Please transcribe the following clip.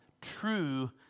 true